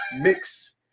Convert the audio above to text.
Mix